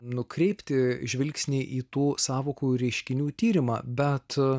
nukreipti žvilgsnį į tų sąvokų reiškinių tyrimą bet